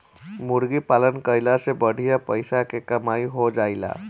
मुर्गी पालन कईला से बढ़िया पइसा के कमाई हो जाएला